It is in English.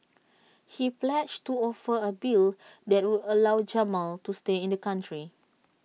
he pledged to offer A bill that would allow Jamal to stay in the country